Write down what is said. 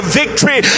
victory